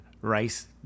Rice